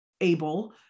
able